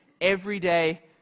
everyday